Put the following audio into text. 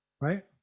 right